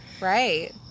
Right